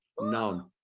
none